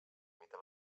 imita